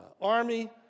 army